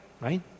right